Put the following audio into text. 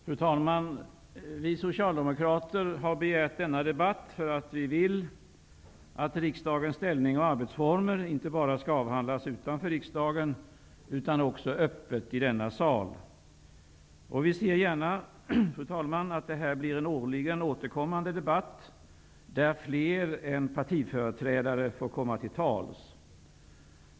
Fru talman! Vi socialdemokrater har begärt denna debatt därför att vi vill att riksdagens ställning och arbetsformer inte bara skall avhandlas utanför riksdagen, utan också öppet i denna sal. Vi ser gärna, att det här blir en årligen återkommande debatt, där fler än partiföreträdare får komma till tals.